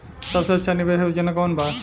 सबसे अच्छा निवेस योजना कोवन बा?